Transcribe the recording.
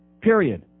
Period